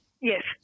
Yes